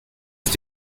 ist